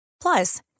Plus